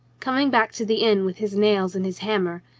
coming back to the inn with his nails and his hammer,